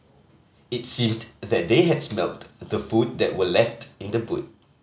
it seemed that they had smelt the food that were left in the boot